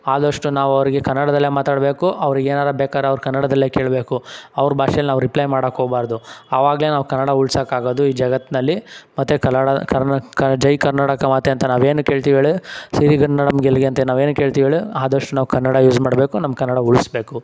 ಆದಷ್ಟು ನಾವು ಅವ್ರಿಗೆ ಕನಡದಲ್ಲೆ ಮಾತಾಡಬೇಕು ಅವ್ರ್ಗೆ ಏನಾರೂ ಬೇಕಾರೆ ಅವ್ರು ಕನಡದಲ್ಲೆ ಕೇಳಬೇಕು ಅವ್ರ ಭಾಷೇಲಿ ನಾವು ರಿಪ್ಲೈ ಮಾಡಕ್ಕೆ ಹೋಗಬಾರ್ದು ಆವಾಗಲೆ ನಾವು ಕನ್ನಡ ಉಳ್ಸಕ್ಕೆ ಆಗೋದು ಈ ಜಗತ್ತಿನಲ್ಲಿ ಮತ್ತು ಕಲಡ ಕರ್ನ ಕ ಜೈ ಕರ್ನಾಟಕ ಮಾತೆ ಅಂತ ನಾವು ಏನಕ್ಕೆ ಹೇಳ್ತೀವಿ ಹೇಳಿ ಸಿರಿಗನ್ನಡಮ್ ಗೆಲ್ಗೆ ಅಂತ ನಾವು ಏನಕ್ಕೆ ಹೇಳ್ತೀವಿ ಹೇಳಿ ಆದಷ್ಟು ನಾವು ಕನ್ನಡ ಯೂಸ್ ಮಾಡಬೇಕು ನಮ್ಮ ಕನ್ನಡ ಉಳಿಸ್ಬೇಕು